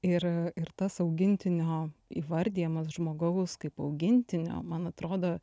ir ir tas augintinio įvardijimas žmogaus kaip augintinio man atrodo